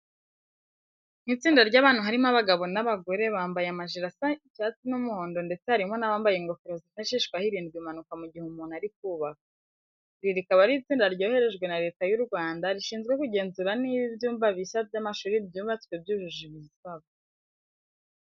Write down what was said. Ni itsinda ry'abantu harimo abagabo n'abagore, bambaye amajire asa icyatsi n'umuhondo, ndetse harimo n'abambaye ingofero zifashishwa hirindwa impanuka mu gihe umuntu ari kubaka. Iri rikaba ari itsinda ryoherejwe na Leta y'u Rwanda rishinzwe kugenzura niba ibyumba bishya by'amashuri byubatswe byujuje ibisabwa.